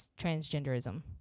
transgenderism